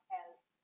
else